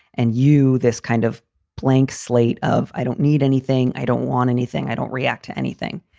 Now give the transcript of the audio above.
and you. this kind of blank slate of i don't need anything. i don't want anything. i don't react to anything.